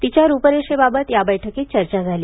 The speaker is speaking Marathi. तिच्या रूपरेषेबाबत या बैठकीत चर्चा झाली